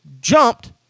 jumped